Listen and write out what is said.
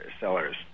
sellers